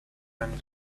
ran